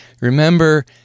remember